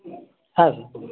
হ্যাঁ স্যার বলুন